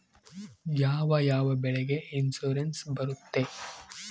ಯಾವ ಯಾವ ಬೆಳೆಗೆ ಇನ್ಸುರೆನ್ಸ್ ಬರುತ್ತೆ?